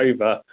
over